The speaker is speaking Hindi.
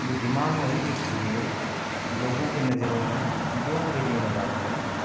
बुद्धिमान वही व्यक्ति है लोगों के नज़रों में जो अंग्रेजी में बात करता हो